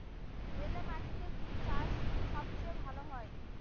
বেলে মাটিতে কি চাষ সবচেয়ে ভালো হয়?